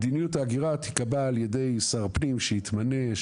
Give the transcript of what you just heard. מדיניות ההגירה תיקבע על ידי שר הפנים שיתמנה,